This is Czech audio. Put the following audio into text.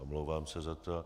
Omlouvám se za to.